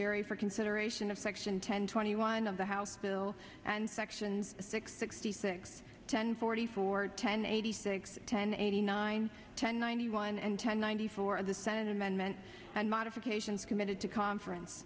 judiciary for consideration of section ten twenty one of the house bill and sections six sixty six ten forty four ten eighty six ten eighty nine ten ninety one and ten ninety four the senate amendment and modifications committed to conference